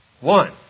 One